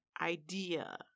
idea